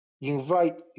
invite